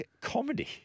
Comedy